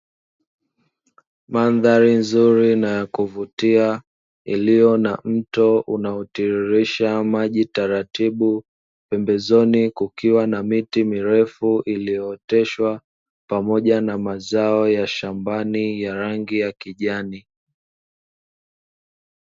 Mandhari nzuri na ya kuvutia iliyo na mto unaotiririsha maji taratibu, pembezoni kukiwa na miti mirefu iliyooteshwa, pamoja na mazao ya shambani ya rangi ya kijani.